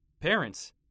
parents